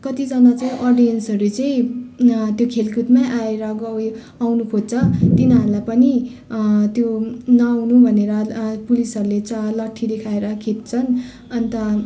कतिजना चाहिँ अडियन्सहरू चाहिँ त्यो खेलकुदमै आएर गाउँ आउनुखोज्छ तिनीहरूलाई पनि त्यो नआउनु भनेर पुलिसहरूले च लट्ठी देखाएर खेद्छन् अन्त